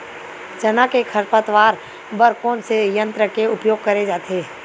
चना के खरपतवार बर कोन से यंत्र के उपयोग करे जाथे?